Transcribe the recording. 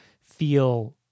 feel